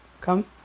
Come